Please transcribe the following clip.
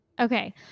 okay